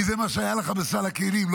כי זה מה שהיה לכם בסל הכלים.